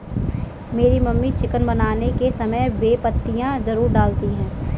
मेरी mummy chicken बनाने के समय बे पत्तियां जरूर डालती हैं